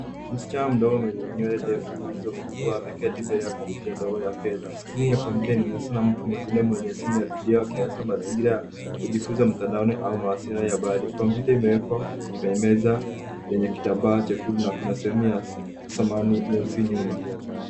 Msichana mdogo mwenye nywele ndefu zilizofungwa ameketi mbele ya kompyuta ndogo kwenye meza. Skrini ya kompyuta ina mtu mwingine mwenye kutumia video akisambaza ujifunzaji mtandaoni au mawasiliano ya mbali. Kompyuta imewekwa kwenye meza yenye kitabu, na kuna sehemu inayoonyesha uso nyuma.